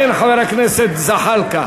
כן, חבר הכנסת זחאלקה.